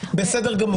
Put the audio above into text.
בסדר גמור.